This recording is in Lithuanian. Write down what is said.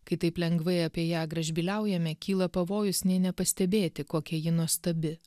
kai taip lengvai apie ją gražbyliaujame kyla pavojus nei nepastebėti kokia ji nuostabi